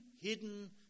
hidden